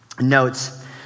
notes